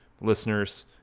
listeners